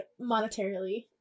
monetarily